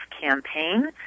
Campaign